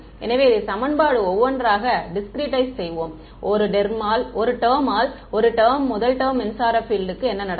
எனவே இதை சமன்பாடு ஒவ்வொன்றாக டிஸ்க்ரீட்டைஸ் செய்வோம் ஒரு டெர்மால் ஒரு டெர்ம் முதல் டெர்ம் மின்சார பீல்ட்க்கு என்ன நடக்கும்